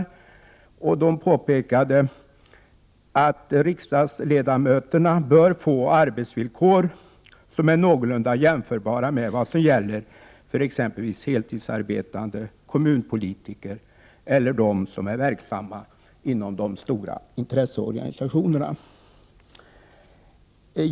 Kommittén påpekade att riksdagsledamöterna bör få arbetsvillkor som är någorlunda jämförbara med de villkor som gäller för exempelvis heltidsarbetande kommunpolitiker eller personer som är verksamma inom de stora intresseorganisationerna.